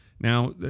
Now